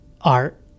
art